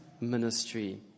ministry